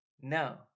No